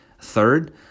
Third